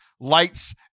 lights